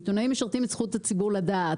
עיתונאים משרתים את זכות הציבור לדעת.